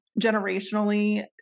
generationally